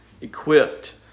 equipped